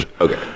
Okay